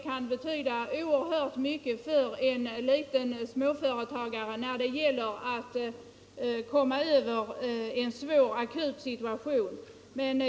kan betyda oerhört mycket för en småföretagare när det gäller att komma över en akut svår situation.